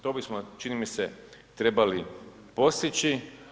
To bismo čini mi se trebali postići.